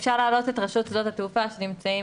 אפשר להעלות את רשות שדות התעופה שנמצאים